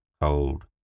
cold